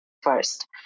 first